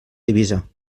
divisa